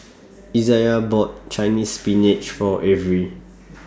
Isaiah bought Chinese Spinach For Avery